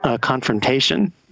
confrontation